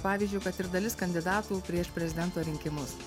pavyzdžiui kad ir dalis kandidatų prieš prezidento rinkimus